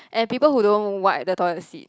and people who don't wipe the toilet seat